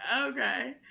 okay